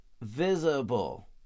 visible